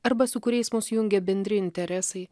arba su kuriais mus jungia bendri interesai